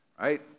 right